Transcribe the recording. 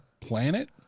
planet